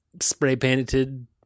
spray-painted